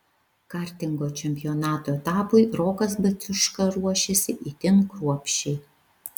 kartingo čempionato etapui rokas baciuška ruošėsi itin kruopščiai